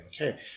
okay